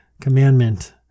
commandment